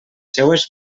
seues